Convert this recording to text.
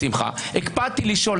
שמחה בכל דיון הקפדתי לשאול,